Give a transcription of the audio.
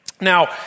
Now